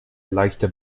leichte